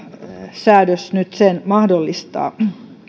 säädös nyt sen mahdollistaa